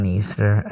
Easter